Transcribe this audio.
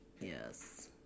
Yes